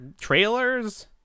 trailers